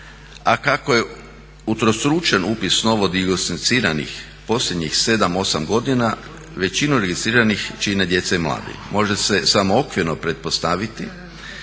a kako je utrostručen upis novo dijagnosticiranih posljednjih 7-8 godina većinu registriranih čine djeca i mladi. Može se samo okvirno pretpostaviti